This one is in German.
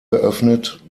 geöffnet